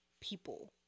people